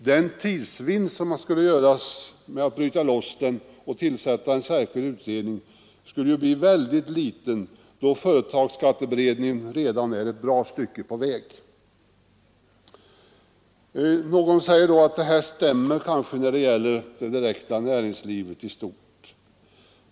Den tidsvinst som skulle kunna göras genom att man bryter loss den och tillsätter en särskild utredning skulle bli väldigt liten, eftersom företagsskatteberedningen redan är ett bra stycke på väg. Någon säger då att detta kanske stämmer när det gäller det direkta näringslivet i stort.